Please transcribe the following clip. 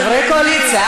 חברי הקואליציה,